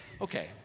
Okay